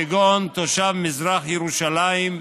כגון תושב מזרח ירושלים,